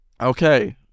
Okay